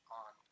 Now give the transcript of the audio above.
on